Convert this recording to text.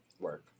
Work